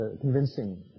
convincing